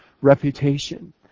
reputation